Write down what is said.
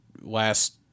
last